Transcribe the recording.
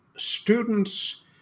students